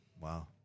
Wow